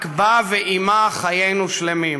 רק בה ועמה חיינו שלמים.